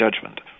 judgment